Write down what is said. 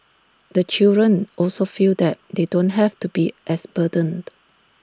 the children also feel that they don't have to be as burdened